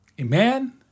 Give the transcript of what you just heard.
Amen